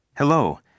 Hello